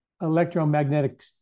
electromagnetic